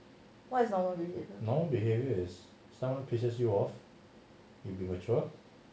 what is normal behaviour